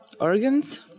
organs